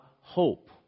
hope